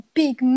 big